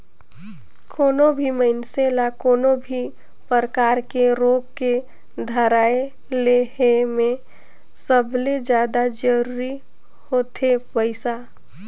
कोनो भी मइनसे ल कोनो भी परकार के रोग के धराए ले हे में सबले जादा जरूरी होथे पइसा